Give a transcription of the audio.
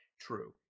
true